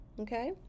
okay